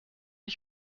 ich